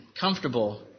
comfortable